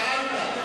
שאלת.